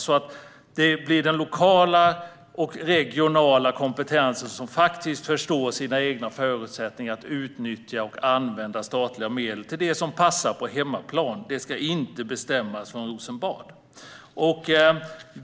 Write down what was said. Det blir alltså upp till den lokala och regionala kompetensen, som faktiskt förstår sina egna förutsättningar, att använda statliga medel till det som passar på hemmaplan. Det ska inte bestämmas från Rosenbad.